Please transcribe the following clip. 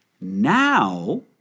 Now